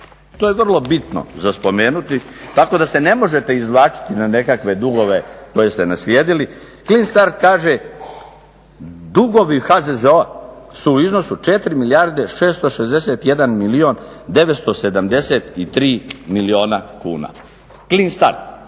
to je vrlo bitno za spomenuti, tako da se ne možete izvlačiti na nekakve dugove koje ste naslijedili, clean start kaže dugovi HZZO-a su u iznosu od 4 milijarde 661 milijun 973 milijuna kuna. Clean start